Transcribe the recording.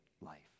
life